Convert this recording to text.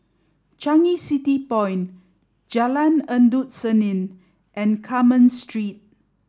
Changi City Point Jalan Endut Senin and Carmen Street